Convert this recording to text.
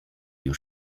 już